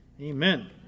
Amen